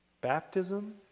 Baptism